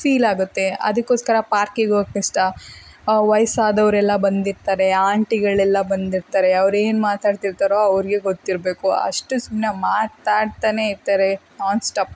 feel ಆಗುತ್ತೆ ಅದಕ್ಕೋಸ್ಕರ ಪಾರ್ಕಿಗೆ ಹೋಗಕ್ ಇಷ್ಟ ವಯ್ಸಾದವ್ರು ಎಲ್ಲ ಬಂದಿರ್ತಾರೆ ಆಂಟಿಗಳೆಲ್ಲ ಬಂದಿರ್ತಾರೆ ಅವ್ರೇನು ಮಾತಾಡ್ತಿರ್ತಾರೋ ಅವ್ರಿಗೆ ಗೊತ್ತಿರಬೇಕು ಅಷ್ಟು ಸುಮ್ಮನೆ ಮಾತಾಡ್ತನೇ ಇರ್ತಾರೆ ನಾನ್ ಸ್ಟಾಪ್